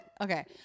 Okay